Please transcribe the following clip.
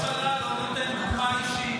חבל שהבן של ראש הממשלה לא נותן דוגמה אישית.